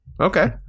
Okay